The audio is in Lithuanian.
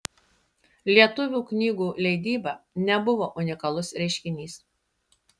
lietuvių knygų leidyba nebuvo unikalus reiškinys